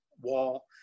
wall